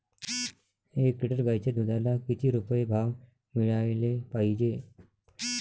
एक लिटर गाईच्या दुधाला किती रुपये भाव मिळायले पाहिजे?